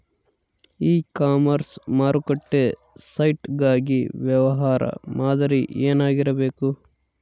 E commerce ಮಾರುಕಟ್ಟೆ site ಗಾಗಿ ವ್ಯವಹಾರ ಮಾದರಿ ಏನಾಗಿರಬೇಕು?